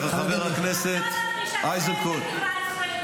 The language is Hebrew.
--- חבר הכנסת סובה, תאפשר לו לדבר.